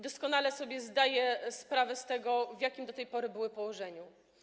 Doskonale zdaję sobie sprawę z tego, w jakim do tej pory były położeniu.